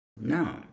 No